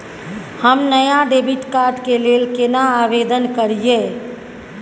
हम नया debit card के लेल केना आवेदन करियै?